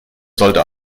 sollte